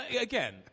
Again